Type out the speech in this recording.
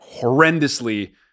horrendously